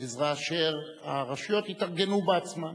עזרה אשר הרשויות התארגנו בעצמן.